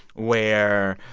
where,